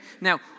now